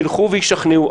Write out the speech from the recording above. יילכו וישכנעו.